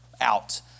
out